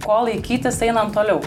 ko laikytis einam toliau